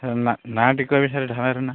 sir ନାଁ ନାଁଟି କହିବେ ସାର୍ ଢାବାର ନାଁ